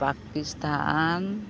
Pakistan